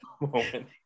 moment